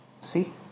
See